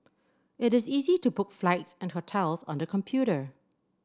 it is easy to book flights and hotels on the computer